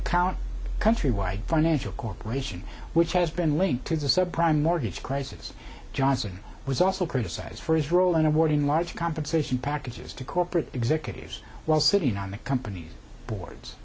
the count countrywide financial corporation which has been linked to the subprime mortgage crisis johnson was also criticized for his role in awarding large compensation packages to corporate executives while sitting on the company's boards